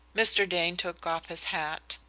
mr. dane took off his hat.